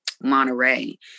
Monterey